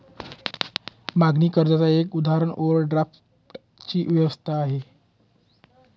मागणी कर्जाच एक उदाहरण ओव्हरड्राफ्ट ची व्यवस्था आहे